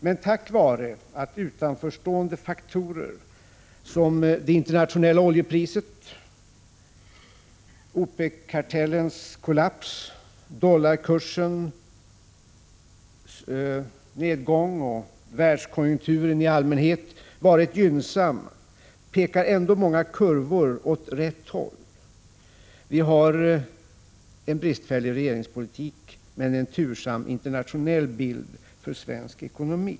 Men tack vare att utanförstående faktorer som det internationella oljepriset, OPEC-kartellens kollaps, dollarkursens nedgång och världskonjunkturen i allmänhet varit gynnsamma pekar ändå många kurvor åt rätt håll. Vi har en bristfällig regeringspolitik men en tursam internationell bild för svensk ekonomi.